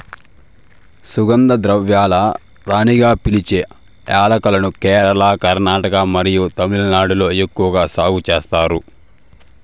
సుగంధ ద్రవ్యాల రాణిగా పిలిచే యాలక్కులను కేరళ, కర్ణాటక మరియు తమిళనాడులో ఎక్కువగా సాగు చేస్తారు